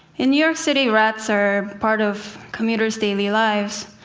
in new york city, rats are part of commuters' daily lives.